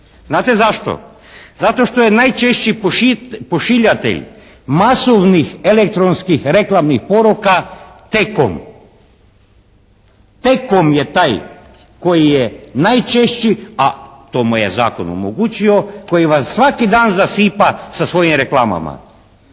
Znate zašto? Zato što je najčešći pošiljatelj masovnih elektronskih reklamnih poruka T.com. T.com je taj koji je najčešći a to mu je zakon omogućio, koji vas svaki dan zasipa sa svojim reklamama.